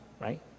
right